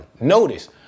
Notice